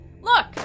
Look